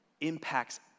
impacts